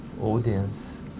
audience